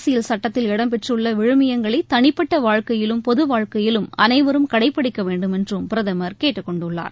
அரசியல் சுட்டத்தில் இடம் பெற்றுள்ள விழுமியங்களை தனிப்பட்ட வாழ்க்கையிலும் பொது வாழ்க்கையிலும் அனைவரும் கடைப்பிடிக்க வேண்டுமென்றும் பிரதம் கேட்டுக் கொண்டுள்ளார்